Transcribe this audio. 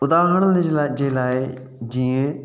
उदाहरण जे लाइ जीअं